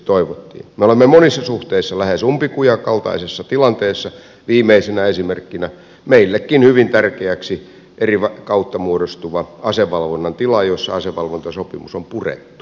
me olemme monissa suhteissa lähes umpikujan kaltaisessa tilanteessa viimeisenä esimerkkinä meillekin hyvin tärkeäksi eri kautta muodostuva asevalvonnan tila jossa asevalvontasopimus on purettu